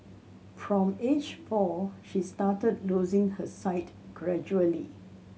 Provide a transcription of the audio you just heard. from age four she started losing her sight gradually